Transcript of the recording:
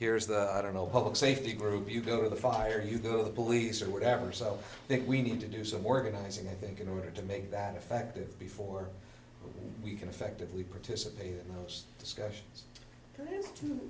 here's the i don't know public safety group you go to the fire you go to the police or whatever so i think we need to do some organizing i think in order to make that effective before we can effectively participate in t